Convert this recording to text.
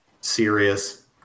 serious